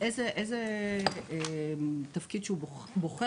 איזה תפקיד שהוא בוחר.